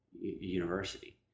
University